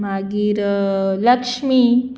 मागीर लक्ष्मी